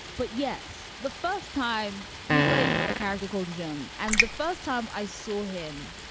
but yes, the first time he plays a character called john and the first time i saw him